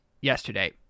yesterday